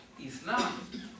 Islam